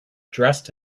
dressed